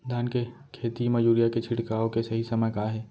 धान के खेती मा यूरिया के छिड़काओ के सही समय का हे?